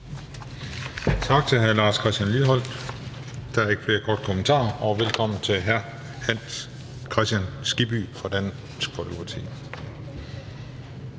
Tak til hr. Lars Christian Lilleholt. Der er ikke flere korte bemærkninger. Velkommen til hr. Hans Kristian Skibby fra Dansk Folkeparti.